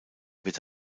wird